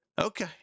Okay